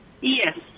Yes